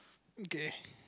okay